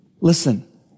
listen